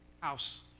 house